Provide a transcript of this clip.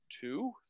Two